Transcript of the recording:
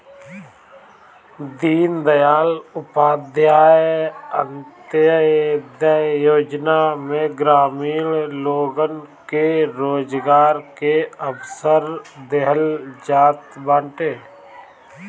दीनदयाल उपाध्याय अन्त्योदय योजना में ग्रामीण लोगन के रोजगार के अवसर देहल जात बाटे